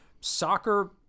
Soccer